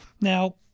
Now